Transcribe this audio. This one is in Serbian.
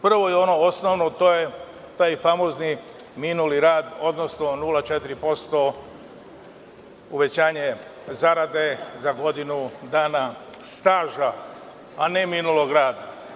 Prvo i ono osnovno to je taj famozni minuli rad, odnosno 0,4% uvećanje zarade za godinu dana staža, a ne minulog rada.